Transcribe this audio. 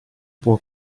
può